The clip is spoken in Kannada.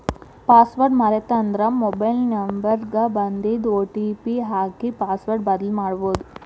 ಪಾಸ್ವರ್ಡ್ ಮರೇತಂದ್ರ ಮೊಬೈಲ್ ನ್ಂಬರ್ ಗ ಬನ್ದಿದ್ ಒ.ಟಿ.ಪಿ ಹಾಕಿ ಪಾಸ್ವರ್ಡ್ ಬದ್ಲಿಮಾಡ್ಬೊದು